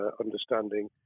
understanding